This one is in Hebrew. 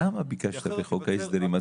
למה ביקשתם בחוק ההסדרים?